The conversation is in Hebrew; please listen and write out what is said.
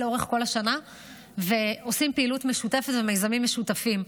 לאורך כל השנה ועושים פעילות משותפת ומיזמים משותפים.